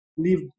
leave